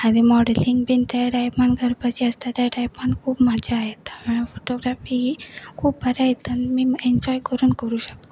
आनी मॉडलिंग बीन त्या टायपान करपाची आसता त्या टायपान खूब मजा येता फोटोग्राफी ही खूब बरें यता आनीी एन्जॉय करून करूं शकता